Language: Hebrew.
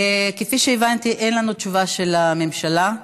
כפי שהבנתי, אין לנו תשובה של הממשלה.